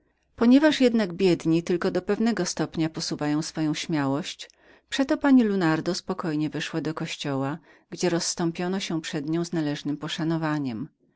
ponieważ jednak biedni do pewnego stopnia tylko posuwają swoją śmiałość przeto pani lunardo spokojnie weszła do kościoła gdzie rozstąpiono się przed nią z wszelkiem poszanowaniem